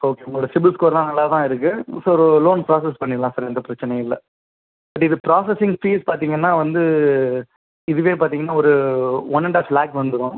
okay உங்களோடய CIBIL ஸ்கோர்லாம் நல்லா தான் இருக்குது ஸோ லோன் ப்ராசஸ் பண்ணிடலாம் சார் எந்த பிரச்சனையும் இல்லை பட் இது ப்ராசஸிங் ஃபீஸ் பார்த்தீங்கனா வந்து இதுவே பார்த்தீங்கனா ஒரு ஒன் அண்ட் ஆஃப் லேக் வந்துரும்